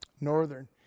northern